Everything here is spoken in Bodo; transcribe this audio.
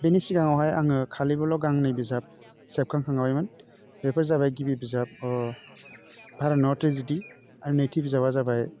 बेनि सिगाङावहाय आङो खालिबोल' गांनै बिजाब सेबखांखांबायमोन बेफोर जाबाय गिबि बिजाब भारा न'आव ट्रेजेडि आरो नैथि बिजाबा जाबाय